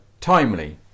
timely